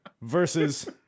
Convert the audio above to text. versus